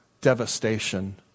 devastation